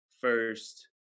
first